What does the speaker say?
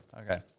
Okay